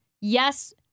yes